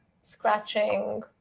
scratching